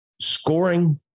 scoring